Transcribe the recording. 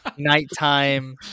Nighttime